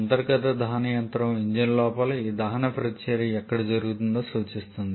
అంతర్గత దహన యంత్రం ఇంజిన్ లోపల ఈ దహన ప్రతిచర్య ఎక్కడ జరుగుతుందో సూచిస్తుంది